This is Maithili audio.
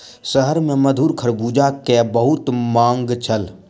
शहर में मधुर खरबूजा के बहुत मांग छल